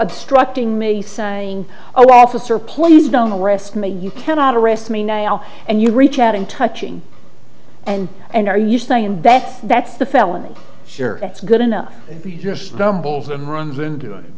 obstructing me saying oh officer please don't arrest me you cannot arrest me and you reach out and touching and and are you saying best that's the felony sure that's good enough